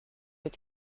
être